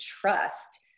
trust